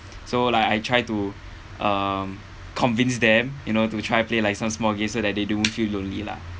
so like I try to um convince them you know to try play like some small game so that they don't feel lonely lah